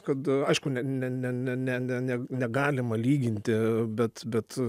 kad aišku ne ne ne ne ne ne ne negalima lyginti bet bet